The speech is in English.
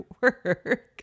work